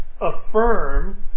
affirm